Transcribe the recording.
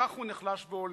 כך הוא נחלש והולך.